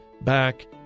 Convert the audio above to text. back